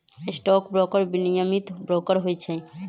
stock broker विनियमित broker होइ छइ